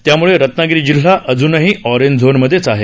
त्यामुळे रत्नागिरी जिल्हा अजूनही ऑरेंज झोनमध्येच आहे